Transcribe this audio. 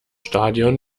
stadion